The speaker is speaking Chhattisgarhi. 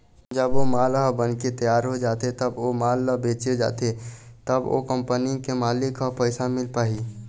जब ओ माल ह बनके तियार हो जाथे तब ओ माल ल बेंचे जाथे तब तो कंपनी के मालिक ल पइसा मिल पाही